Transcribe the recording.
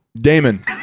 Damon